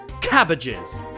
cabbages